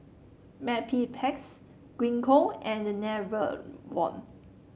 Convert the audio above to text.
Mepilex Gingko and the Enervon